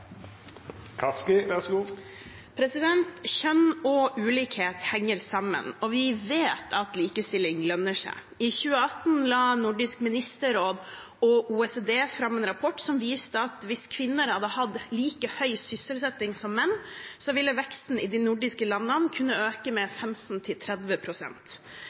og ulikhet henger sammen, og vi vet at likestilling lønner seg. I 2018 la Nordisk ministerråd og OECD fram en rapport som viste at hvis kvinner hadde hatt like høy sysselsetting som menn, ville veksten i de nordiske landene kunne øke